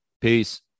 Peace